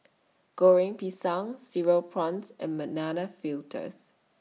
Goreng Pisang Cereal Prawns and